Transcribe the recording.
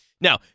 Now